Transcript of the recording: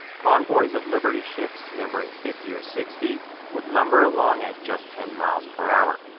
convoys of liberty ships numbering fifty or sixty would lumber along at just ten miles per hour.